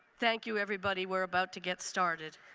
thank you, everybody. we're about to get started.